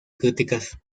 críticas